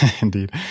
Indeed